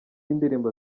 indirimbo